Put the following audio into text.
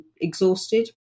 exhausted